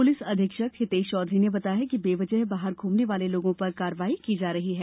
police अधीक्षक हितेष चौधरी ने बताया कि बेवजह बाहर घूमने वाले लोगों पर कार्यवाही की जा रही है